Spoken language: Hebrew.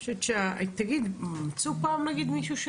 מצאו פעם מישהו?